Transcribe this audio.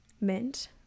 mint